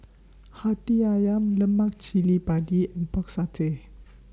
Hati Ayam Lemak Cili Padi and Pork Satay